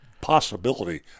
possibility